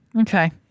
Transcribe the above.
Okay